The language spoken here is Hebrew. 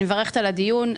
אני מברכת על הדיון.